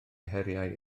heriau